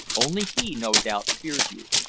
only he, no doubt, fears you,